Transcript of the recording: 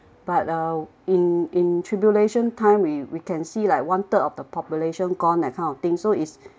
but uh in in tribulation time we we can see like one third of the population gone that kind of thing so it's